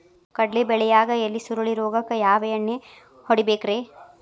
ಕಡ್ಲಿ ಬೆಳಿಯಾಗ ಎಲಿ ಸುರುಳಿ ರೋಗಕ್ಕ ಯಾವ ಎಣ್ಣಿ ಹೊಡಿಬೇಕ್ರೇ?